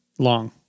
long